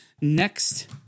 next